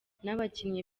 nabakinnyi